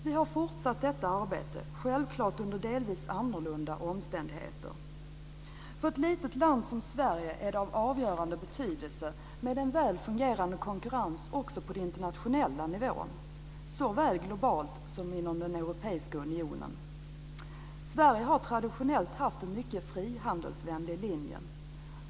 Vi har fortsatt detta arbete, självklart under delvis annorlunda omständigheter. För ett litet land som Sverige är det av avgörande betydelse med en väl fungerande konkurrens också på den internationella nivån, såväl globalt som inom den europeiska unionen. Sverige har traditionellt haft en mycket frihandelsvänlig linje.